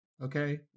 Okay